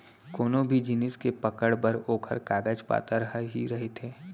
कोनो भी जिनिस के पकड़ बर ओखर कागज पातर ह ही रहिथे